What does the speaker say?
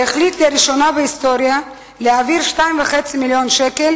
והחליט לראשונה בהיסטוריה להעביר 2.5 מיליוני שקלים